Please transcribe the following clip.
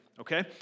okay